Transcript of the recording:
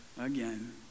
again